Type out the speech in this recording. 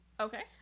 okay